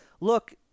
look